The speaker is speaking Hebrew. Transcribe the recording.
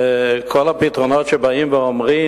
וכל הפתרונות שבאים ואומרים,